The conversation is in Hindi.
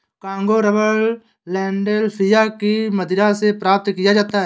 कांगो रबर लैंडोल्फिया की मदिरा से प्राप्त किया जाता है